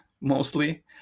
mostly